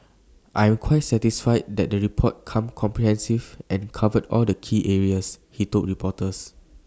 I am quite satisfied that the report is comprehensive and covered all the key areas he told reporters